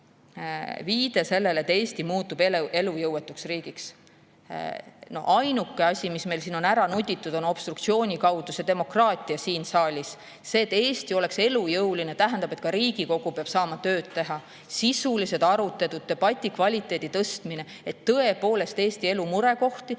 viide sellele, et Eesti muutub elujõuetuks riigiks. Ainuke asi, mis meil siin on ära nuditud obstruktsiooni kaudu, on demokraatia siin saalis. Selle jaoks, et Eesti oleks elujõuline, peab Riigikogu saama tööd teha. Sisulised arutelud, debati kvaliteedi tõstmine, et tõepoolest Eesti elu murekohti